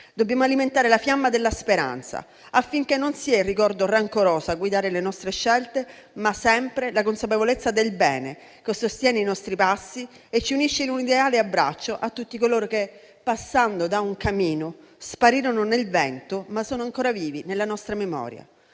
dobbiamo alimentare la fiamma della speranza, affinché non sia il ricordo rancoroso a guidare le nostre scelte, ma sempre la consapevolezza del bene, che sostiene i nostri passi e ci unisce in un ideale abbraccio a tutti coloro che, passando da un camino, sparirono nel vento ma sono ancora vivi nella nostra memoria.